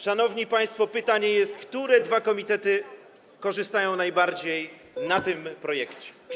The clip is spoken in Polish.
Szanowni państwo, jest pytanie: Które dwa komitety korzystają najbardziej na tym projekcie?